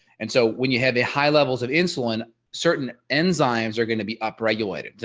and so when you have a high levels of insulin certain enzymes are going to be up regulated.